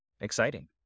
exciting